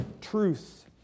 truth